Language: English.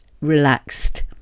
relaxed